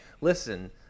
listen